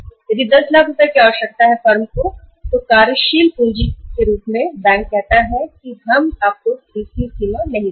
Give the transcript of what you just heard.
यदि फर्म को 10 लाख रुपए की कार्यशील पूँजी की आवश्यकता है और बैंक कहता है कि हम आपको सीसी लिमिट नहीं देंगे